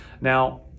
Now